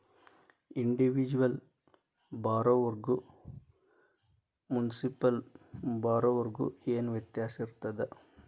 Individual ಬಾರೊವರ್ಗು municipal ಬಾರೊವರ್ಗ ಏನ್ ವ್ಯತ್ಯಾಸಿರ್ತದ?